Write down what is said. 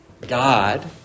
God